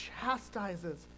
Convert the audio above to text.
chastises